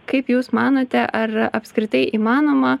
kaip jūs manote ar apskritai įmanoma